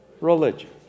religion